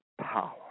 power